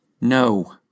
No